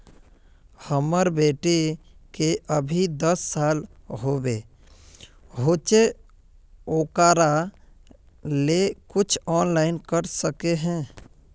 हमर बेटी के अभी दस साल होबे होचे ओकरा ले कुछ ऑनलाइन कर सके है?